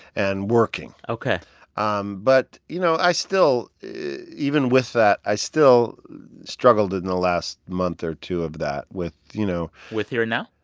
and working ok um but, you know, i still even with that, i still struggled in the last month or two of that with, you know. with here and now?